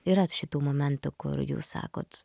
yra šitų momentų kur jūs sakot